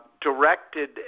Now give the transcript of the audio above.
directed